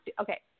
okay